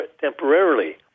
temporarily